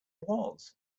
was